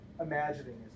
imagining